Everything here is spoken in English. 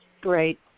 Great